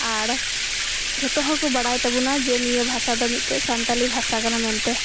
ᱟᱨ ᱡᱚᱛᱚ ᱦᱚᱲ ᱠᱚ ᱵᱟᱲᱟᱭ ᱛᱟᱵᱚᱱᱟ ᱡᱮ ᱱᱤᱭᱟᱹ ᱵᱷᱟᱥᱟ ᱫᱚ ᱢᱤᱜᱴᱮᱡ ᱥᱟᱱᱛᱟᱞᱤ ᱵᱷᱟᱥᱟ ᱠᱟᱱᱟ ᱢᱮᱱᱛᱮ